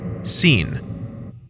Scene